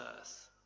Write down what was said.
Earth